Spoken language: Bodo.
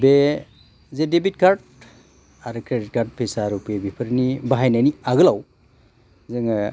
बे जे डेबिट कार्ड आरो क्रेडिट कार्ड भिसा रुपे बेफोरनि बाहायनायनि आगोलाव जोङो